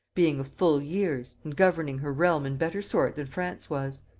being of full years, and governing her realm in better sort than france was.